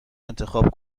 انتخاب